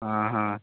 ହଁ ହଁ